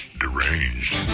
deranged